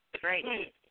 Great